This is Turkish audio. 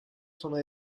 sona